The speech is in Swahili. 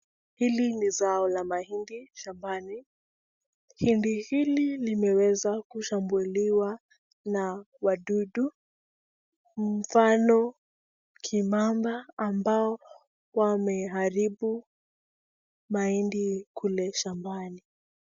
Hili ni zao la mahindi shambani. Hindi hili limeweza kushambuliwa na wadudu mfano kimamba ambao wameharibu mahindi kule shambani.